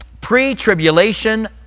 pre-tribulation